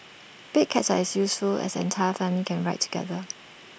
big cabs are useful as the entire family can ride together